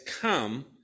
come